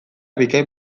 bikain